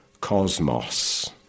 Cosmos